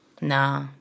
Nah